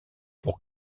pour